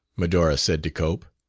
medora said to cope.